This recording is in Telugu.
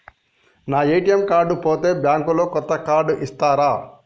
నా ఏ.టి.ఎమ్ కార్డు పోతే బ్యాంక్ లో కొత్త కార్డు ఇస్తరా?